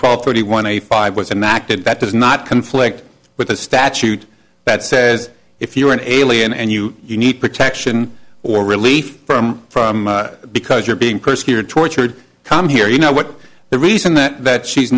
twelve thirty one a five was an act and that does not conflict with a statute that says if you're an alien and you need protection or relief from because you're being persecuted tortured come here you know what the reason that that she's